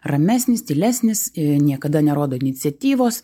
ramesnis tylesnis i niekada nerodo iniciatyvos